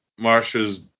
Marsha's